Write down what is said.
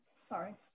sorry